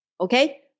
okay